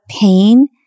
pain